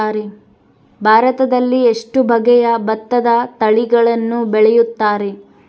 ಭಾರತದಲ್ಲಿ ಎಷ್ಟು ಬಗೆಯ ಭತ್ತದ ತಳಿಗಳನ್ನು ಬೆಳೆಯುತ್ತಾರೆ?